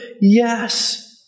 Yes